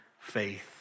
faith